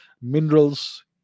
Minerals